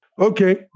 Okay